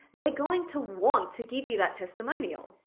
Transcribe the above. they're going to want to give you that testimonial.